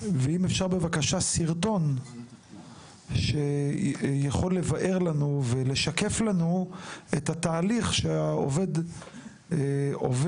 ואם אפשר בבקשה סרטון שיכול לבאר לנו ולשקף לנו את התהליך שהעובד עובר,